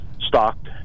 stocked